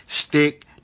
stick